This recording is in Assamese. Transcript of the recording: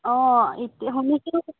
অ শুনিছোঁ